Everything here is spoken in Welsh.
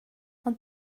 ond